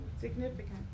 Significant